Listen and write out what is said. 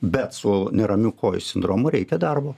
bet su neramių kojų sindromu reikia darbo